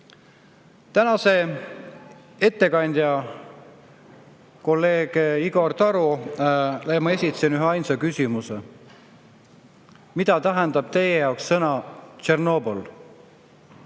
Tänasele ettekandjale, kolleeg Igor Tarole esitasin üheainsa küsimuse: "Mida tähendab teie jaoks sõna Tšornobõl?"